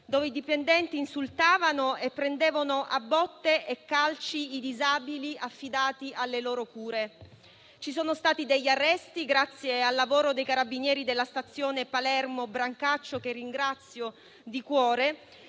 dove dipendenti insultavano e prendevano a botte e calci i disabili affidati alle loro cure. Ci sono stati degli arresti, grazie al lavoro dei carabinieri della stazione di Palermo Brancaccio, che ringrazio di cuore.